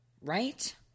Right